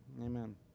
Amen